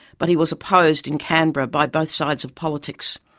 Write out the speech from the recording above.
but he was opposed in canberra by both sides of politics.